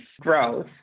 growth